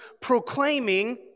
proclaiming